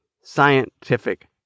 scientific